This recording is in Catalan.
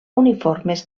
uniformes